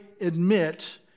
admit